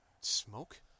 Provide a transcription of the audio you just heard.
smoke